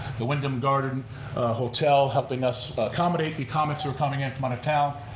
the windham garden hotel helping us accommodate the comics who are coming in from out of town.